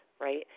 Right